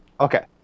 Okay